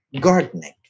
gardening